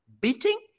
beating